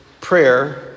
prayer